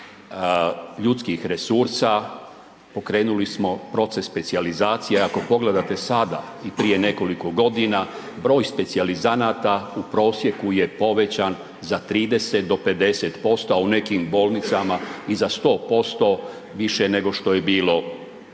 ljudskih resursa pokrenuli smo proces specijalizacije. Ako pogledate sada i prije nekoliko godina broj specijalizanata u prosjeku je povećan za 30 do 50% a u nekim bolnicama i za 100% više nego što je bilo